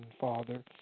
Father